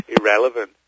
irrelevant